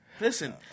Listen